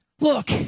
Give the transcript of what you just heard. Look